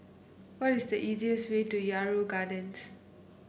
what is the easiest way to Yarrow Gardens